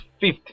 fifth